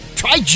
Try